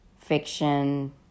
fiction